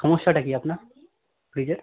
সমস্যাটা কী আপনার ফ্রিজের